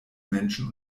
menschen